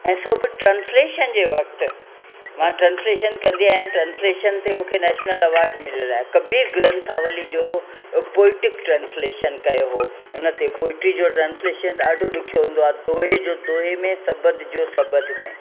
ऐं सो बि ट्रांस्लेशन जे वक़्तु मां ट्रांस्लेशन कंदी आहियां ट्रांस्लेशन ते मूंखे नेशनल अवार्ड मिलियलु आहे कबीर ग्रंथावली जो पोएटिक ट्रांस्लेशन कयो हो उन ते पोएट्री ट्रांस्लेशन ॾाढो ॾुखियो हुंदो आहे दोहे जो दोहे में सॿध जो सॿध में